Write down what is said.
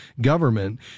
government